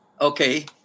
Okay